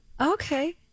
Okay